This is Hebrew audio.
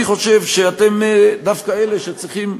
אני חושב שאתם דווקא אלה שצריכים,